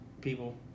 people